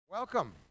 Welcome